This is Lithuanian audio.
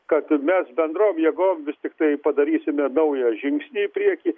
kad mes bendrom jėgom vis tiktai padarysime naują žingsnį į priekį